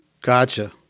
Gotcha